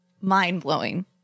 mind-blowing